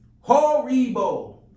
horrible